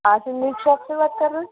آپ meat shop سے بات کر رہے ہیں